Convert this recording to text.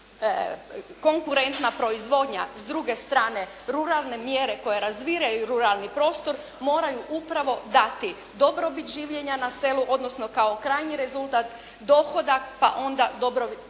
konkurentna proizvodnja s druge strane ruralne mjere koje razvijaju ruralni prostor moraju upravo dati dobrobit življenja na selu, odnosno kao krajnji rezultat, dohodak, pa onda dobrobit žitelja